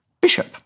bishop